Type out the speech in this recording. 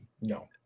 No